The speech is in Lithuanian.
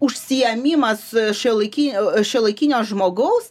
užsiėmimas šiuolaiki šiuolaikinio žmogaus